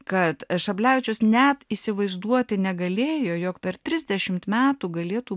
kad šablevičius net įsivaizduoti negalėjo jog per trisdešimt metų galėtų